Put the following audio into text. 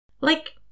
Like